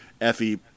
Effie